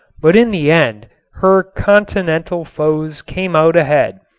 but in the end her continental foes came out ahead,